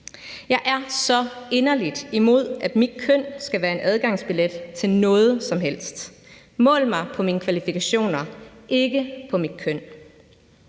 Jeg er så inderligt imod, at mit køn skal være en adgangsbillet til noget som helst. Mål mig på mine kvalifikationer, ikke på mit køn.